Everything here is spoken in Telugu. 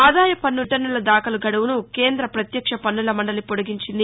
ఆదాయపన్ను రిటర్న్ల దాఖలు గడువును కేంద పత్యక్ష పన్నుల మండలి పొడిగించింది